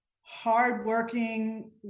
hardworking